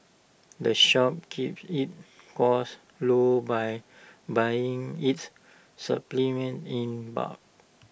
the shop keeps its costs low by buying its supplement in bulk